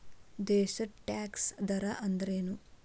ದೇಶದ್ ಟ್ಯಾಕ್ಸ್ ದರ ಅಂದ್ರೇನು?